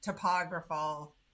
topographical